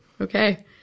Okay